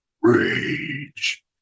rage